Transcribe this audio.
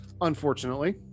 Unfortunately